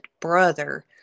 brother